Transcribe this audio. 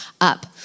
up